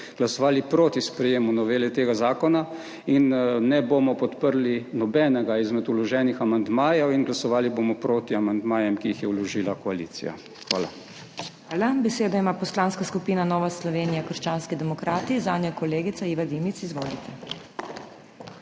glasovali proti sprejemu novele tega zakona in ne bomo podprli nobenega izmed vloženih amandmajev in glasovali bomo proti amandmajem, ki jih je vložila koalicija. Hvala. **PODPREDSEDNICA MAG. MEIRA HOT:** Hvala. Besedo ima Poslanska skupina Nova Slovenija krščanski demokrati, zanjo kolegica Iva Dimic. Izvolite.